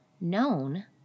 Known